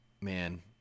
man